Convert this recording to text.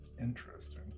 interesting